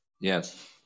Yes